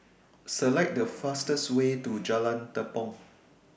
Select The fastest Way to Jalan Tepong